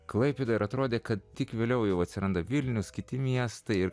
klaipėda ir atrodė kad tik vėliau jau atsiranda vilnius kiti miestai ir